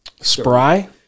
Spry